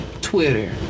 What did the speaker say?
Twitter